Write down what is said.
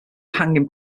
hanging